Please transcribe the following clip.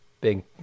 big